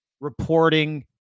reporting